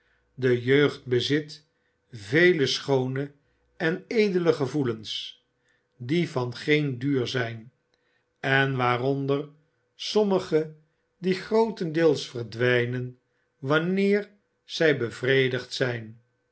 de jeugd bezit ve e schoone en edele gevoelens die van geen duur zijn en waaronder sommige die grootendeels verdwijnen wanneer zij bevredigd zijn